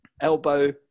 elbow